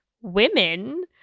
women